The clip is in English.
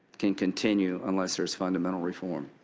can continue unless there is fundamental reform.